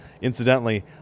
Incidentally